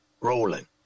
rolling